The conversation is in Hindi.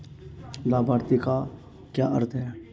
लाभार्थी का क्या अर्थ है?